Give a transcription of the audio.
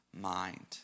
mind